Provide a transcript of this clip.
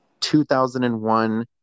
2001